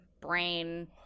brain